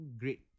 great